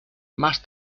más